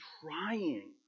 trying